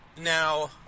Now